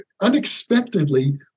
unexpectedly